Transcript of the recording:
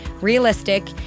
realistic